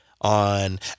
on